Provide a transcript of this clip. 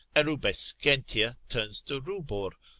erubescentia turns to rubor,